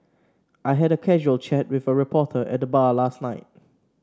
I had a casual chat with a reporter at the bar last night